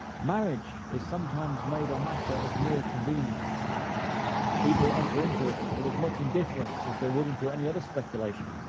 marriage is sometimes made a matter of mere convenience people enter into it with as much indifference as they would into any other speculation,